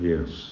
Yes